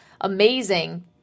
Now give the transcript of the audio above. amazing